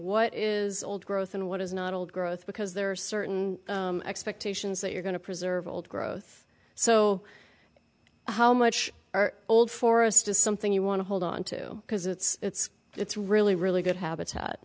what is old growth and what is not old growth because there are certain expectations that you're going to preserve old growth so how much our old forest is something you want to hold on to because it's it's really really good habitat